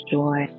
joy